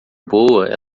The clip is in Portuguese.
boa